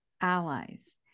allies